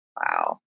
Wow